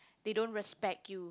they don't respect you